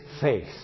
faith